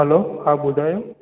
हलो हा ॿुधायो